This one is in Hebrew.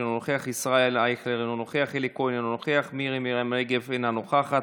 אינו נוכח, אלי אבידר, אינו נוכח,